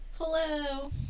Hello